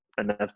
enough